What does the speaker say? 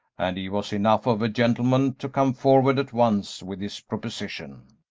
and he was enough of a gentleman to come forward at once with his proposition.